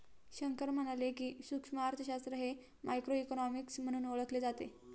शंकर म्हणाले की, सूक्ष्म अर्थशास्त्र हे मायक्रोइकॉनॉमिक्स म्हणूनही ओळखले जाते